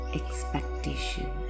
expectation